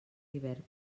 hivern